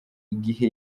igihe